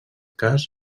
cas